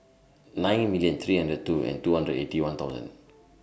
nine million three hundred and two and two hundred and Eighty One thousand